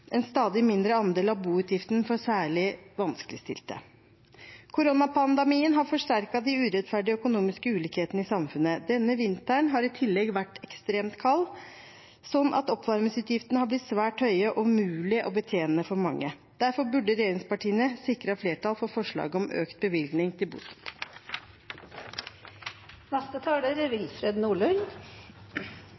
en stadig mindre andel av boutgiftene for særlig vanskeligstilte. Koronapandemien har forsterket de urettferdige økonomiske ulikhetene i samfunnet. Denne vinteren har i tillegg vært ekstremt kald, slik at oppvarmingsutgiftene er blitt svært høye og umulig å betjene for mange. Derfor burde regjeringspartiene ha sikret flertall for forslaget om økt bevilgning til bostøtte. For Senterpartiet er